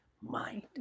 mind